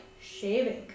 shaving